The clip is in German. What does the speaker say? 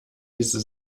diese